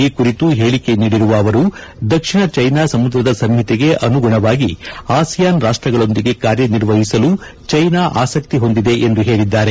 ಈ ಕುರಿತು ಹೇಳಿಕೆ ನೀಡಿರುವ ಅವರು ದಕ್ಷಿಣ ಚೀನಾ ಸಮುದ್ರದ ಸಂಹಿತೆಗೆ ಅನುಗುಣವಾಗಿ ಅಸಿಯಾನ್ ರಾಷ್ಷಗಳೊಂದಿಗೆ ಕಾರ್ಯನಿರ್ವಹಿಸಲು ಚೀನಾ ಆಸಕ್ತಿ ಹೊಂದಿದೆ ಎಂದು ಹೇಳಿದ್ದಾರೆ